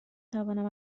توانم